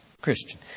Christian